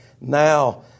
now